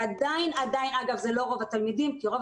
ועדיין אגב זה לא רוב התלמידים כי רוב